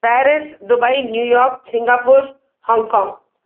Paris Dubai New York Singapore Hong Kong